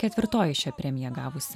ketvirtoji šią premiją gavusi